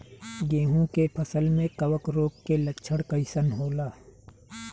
गेहूं के फसल में कवक रोग के लक्षण कइसन होला?